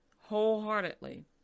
wholeheartedly